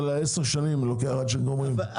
אבל עשר שנים לוקח עד שגומרים,